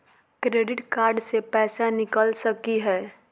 Credit card से पैसा निकल सकी हय?